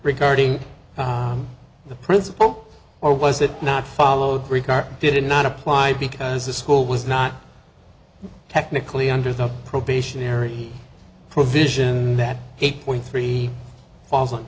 regarding the principal or was it not followed gricar did not apply because the school was not technically under the probationary provision that eight point three